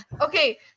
okay